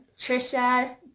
Trisha